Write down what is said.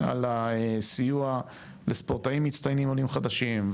על הסיוע לספורטאים מצטיינים עולים חדשים,